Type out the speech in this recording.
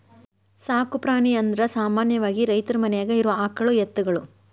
ಸಾಕು ಪ್ರಾಣಿ ಅಂದರ ಸಾಮಾನ್ಯವಾಗಿ ರೈತರ ಮನ್ಯಾಗ ಇರು ಆಕಳ ಎತ್ತುಗಳು